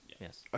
Yes